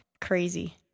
crazy